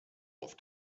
auf